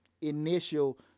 initial